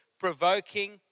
provoking